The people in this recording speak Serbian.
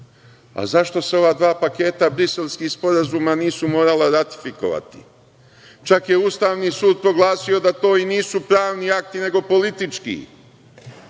Zašto se ova dva paketa briselskih sporazuma nisu morala ratifikovati, čak je Ustavni sud proglasio da to i nisu pravni akti nego politički.